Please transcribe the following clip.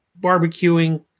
barbecuing